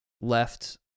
left